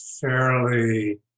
fairly